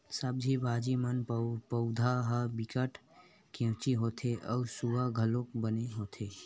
सब्जी भाजी मन के पउधा ह बिकट केवची होथे अउ सुवाद घलोक बने होथे